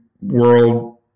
world